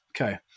Okay